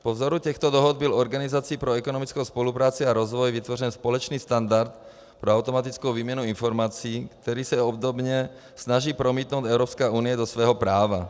Po vzoru těchto dohod byl Organizací pro ekonomickou spolupráci a rozvoj vytvořen společný standard pro automatickou výměnu informací, který se obdobně snaží promítnout Evropská unie do svého práva.